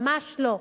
ממש לא.